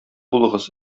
булыгыз